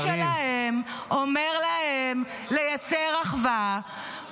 -- האלוהים שלהם אומר להם לייצר אחווה,